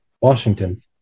Washington